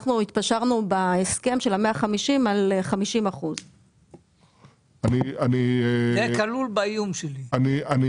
אנחנו התפשרנו בהסכם של ה-150 על 50%. אין